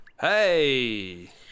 hey